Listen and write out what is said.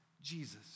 Jesus